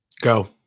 Go